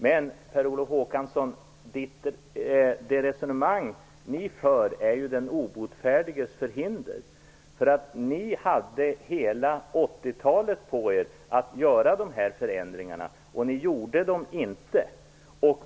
Men det resonemang som ni för, Per Olof Håkansson, är ju den obotfärdiges förhinder. Ni hade ju hela 80-talet på er för att göra dessa förändringar, men ni gjorde dem inte.